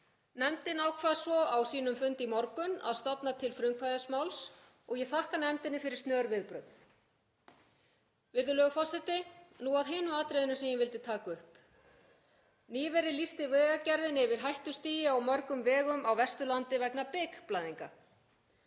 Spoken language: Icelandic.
Nefndin ákvað svo á sínum fundi í morgun að stofna til frumkvæðismáls og ég þakka nefndinni fyrir snör viðbrögð. Virðulegur forseti. Nú að hinu atriðinu sem ég vildi taka upp. Nýverið lýsti Vegagerðin yfir hættustigi á mörgum vegum á Vesturlandi vegna bikblæðinga.